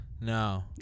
No